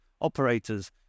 operators